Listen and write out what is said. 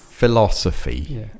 philosophy